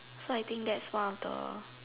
so I think that's one of the